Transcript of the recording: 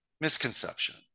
Misconception